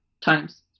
times